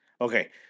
Okay